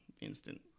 instant